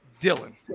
Dylan